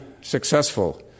successful